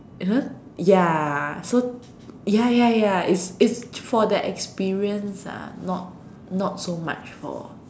ya so ya ya ya it's it's for the experience ah not not so much for